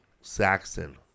Saxon